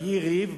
ויהי ריב,